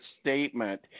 statement